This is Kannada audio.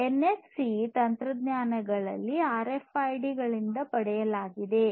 ಈ ಎನ್ಎಫ್ಸಿ ತಂತ್ರಜ್ಞಾನವನ್ನು ಆರ್ಎಫ್ಐಡಿಗಳಿಂದ ಪಡೆಯಲಾಗಿದೆ